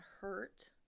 hurt